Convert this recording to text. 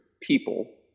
people